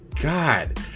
God